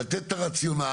לתת את הרציונל,